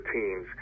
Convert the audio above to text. teams